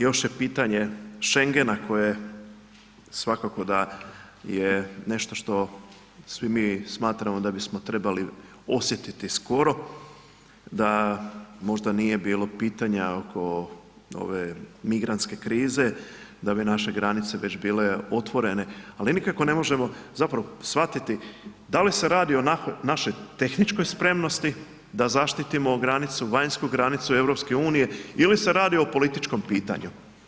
Još je pitanje Schengena koje svakako da je nešto što svi mi smatramo da bismo trebali osjetiti skoro, da možda nije bilo pitanja oko ove migrantske krize, a bi naše granice već bile otvorene, ali nikako ne možemo, zapravo shvatiti, da li se radi o našoj tehničkoj spremnosti da zaštitimo granicu, vanjsku granicu EU ili se radi o političkom pitanju.